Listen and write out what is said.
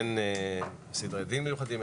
אין סדרי דין מיוחדים,